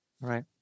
Right